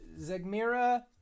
Zegmira